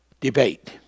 debate